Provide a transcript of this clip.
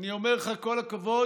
אני אומר לך כל הכבוד